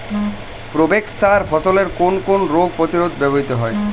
Provex সার ফসলের কোন কোন রোগ প্রতিরোধে ব্যবহৃত হয়?